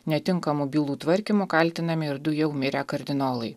netinkamu bylų tvarkymu kaltinami ir du jau mirę kardinolai